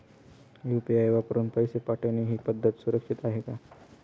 UPI वापरून पैसे पाठवणे ही पद्धत सुरक्षित आहे का?